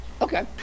Okay